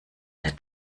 der